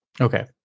Okay